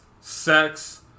sex